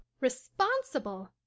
Responsible